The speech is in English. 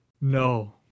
No